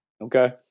Okay